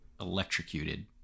electrocuted